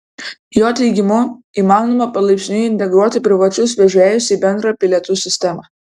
jo teigimu įmanoma palaipsniui integruoti privačius vežėjus į bendrą bilietų sistemą